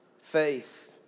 faith